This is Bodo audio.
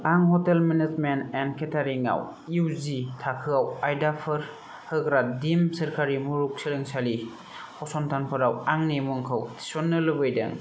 आं ह'टेल मेनेजमेन्ट एन्ड केटारिं आव इउजि थाखोआव आयदाफोर होग्रा दिम्ड सोरखारि मुलुगसोलोंसालि फसंथानफोराव आंनि मुंखौ थिसन्नो लुबैदों